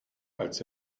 als